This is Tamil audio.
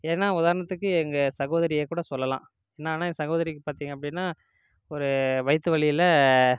ஏன்னா உதாரணத்துக்கு எங்கள் சகோதரிய கூட சொல்லலாம் என்னன்னா என் சகோதரிக்கு பார்த்தீங்க அப்படின்னா ஒரு வயிற்று வலியில்